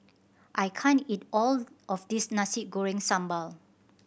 I can't eat all of this Nasi Goreng Sambal